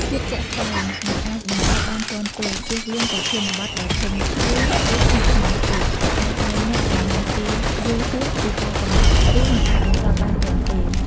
ភាពជាក់ស្តែង និងអាចបញ្ចប់បានទាន់ពេល ជៀសវាងប្រធានបទដែលធំធេង ឬស្មុគស្មាញពេក ដែលអាចឲ្យអ្នកចំណាយពេលយូរហួសពីការកំណត់ ឬមិនអាចបញ្ចប់បានទាន់ពេល។